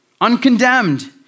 uncondemned